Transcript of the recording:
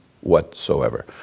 whatsoever